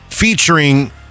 Featuring